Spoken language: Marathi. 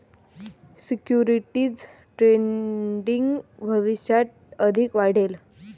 सिक्युरिटीज ट्रेडिंग भविष्यात अधिक वाढेल